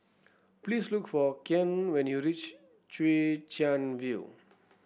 please look for Kian when you reach Chwee Chian View